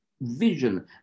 vision